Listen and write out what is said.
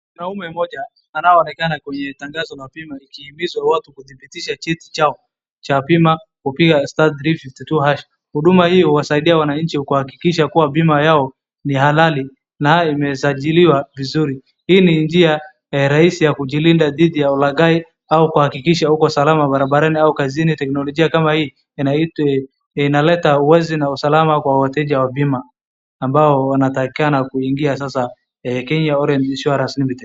Mwanaume mmoja anayeonekana kwenye tangazo la bima akihimiza watu kudhibitisha cheti chao cha pima piga star three fifty two hash . Huduma hiyo husaidia wananchi kuhakikisha kuwa bima yao ni halali na imesajiliwa vizuri. Hii ni njia rahisi ya kujilinda dhidi ya ulaghai au kuhakikisha uko salama barabarani au kazini teknologia kama hii inaleta ulezi na usalama kwa wateja wa bima ambao wanatakikana kuingia Kenya Oremi insuarance limited.